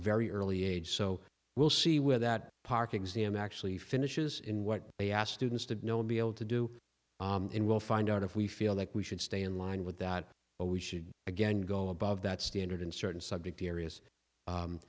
very early age so we'll see where that park exam actually finishes in what they asked students to know and be able to do and we'll find out if we feel like we should stay in line with that but we should again go above that standard in certain subject areas